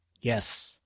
Yes